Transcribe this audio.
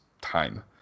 time